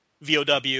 vow